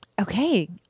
Okay